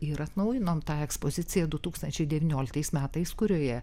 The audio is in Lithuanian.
ir atnaujinom tą ekspoziciją du tūlstančiai devynioliktais metais kurioje